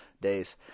days